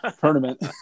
Tournament